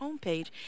homepage